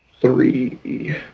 three